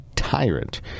Tyrant